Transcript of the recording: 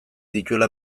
dituela